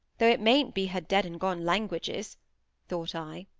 though it mayn't be her dead-and-gone languages thought i.